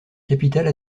capitale